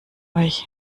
euch